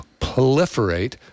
proliferate